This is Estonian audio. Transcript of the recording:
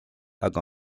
aga